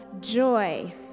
joy